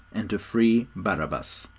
and to free barabbas.